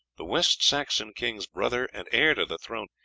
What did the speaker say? the west saxon king's brother and heir to the throne,